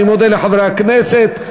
אני מודה לחברי הכנסת.